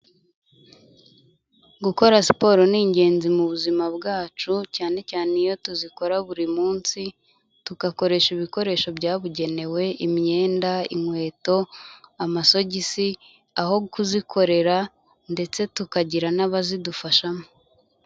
Gukora siporo ni ingenzi mu buzima bwacu, cyane cyane iyo tuzikora buri munsi, tugakoresha ibikoresho byabugenewe, imyenda, inkweto, amasogisi, aho kuzikorera ndetse tukagira n'abazidufashamo.